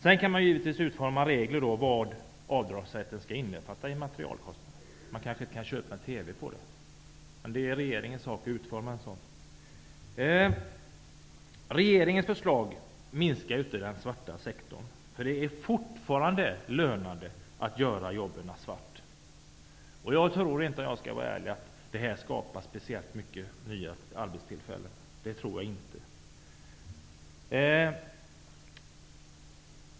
Sedan kan man givetvis utforma regler för vad avdragskostnaden skall innefatta vad gäller materialkostnader. Man kanske inte kan köpa en TV. Det är regeringens sak att utforma reglerna. Regeringens förslag minskar inte den svarta sektorn. Det är fortfarande lönande att göra jobben svart. Jag tror inte om jag skall vara ärlig att det skapar speciellt många nya arbetstillfällen -- det tror jag inte.